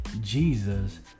Jesus